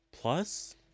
Plus